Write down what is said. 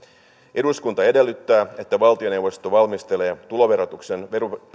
eduskunta edellyttää että valtioneuvosto valmistelee tuloverotuksen